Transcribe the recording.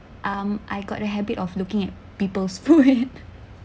um I got the habit of looking at people's food